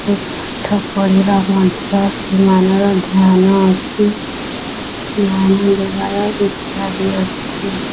ଆଉ ପାଠ ପଢ଼ିବା ମଧ୍ୟ ସେମାନର ଧ୍ୟାନ ଅଛି ଧ୍ୟାନ ଦେବାର ଇଚ୍ଛା ବି ଅଛି